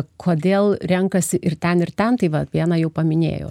kodėl renkasi ir ten ir ten tai va vieną jau paminėjau